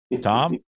Tom